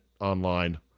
online